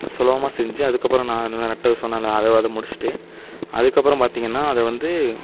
சுலபமாக செஞ்சு அதுக்கப்புறம் நான் நட்டது சொன்னேன்ல அதை அது முடித்துட்டு அதுக்கப்புறம் பார்த்திங்கன்னா அதை வந்து